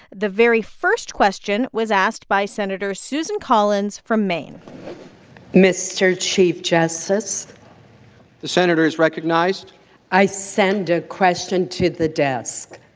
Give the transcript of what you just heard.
the very first question was asked by senator susan collins from maine mr. chief justice the senator is recognized i send a question to the desk